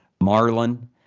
marlin